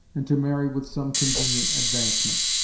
and to marry with some convenient advancement.